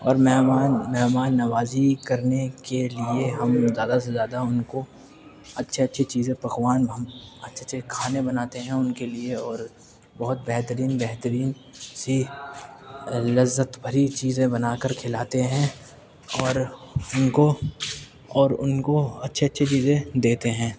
اور مہمان مہمان نوازی کرنے کے لیے ہم زیادہ سے زیادہ ان کو اچھے اچھی چیزیں پکوان ہم اچھے اچھے کھانے بناتے ہیں ان کے لیے اور بہت بہترین بہترین سی لذت بھری چیزیں بنا کر کھلاتے ہیں اور ان کو اور ان کو اچھے اچھی چیزیں دیتے ہیں